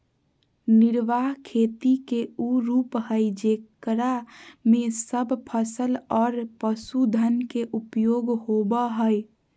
निर्वाह खेती के उ रूप हइ जेकरा में सब फसल और पशुधन के उपयोग होबा हइ